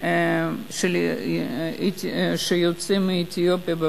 יוצא מאתיופיה.